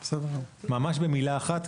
ממש במילה אחת,